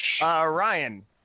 Ryan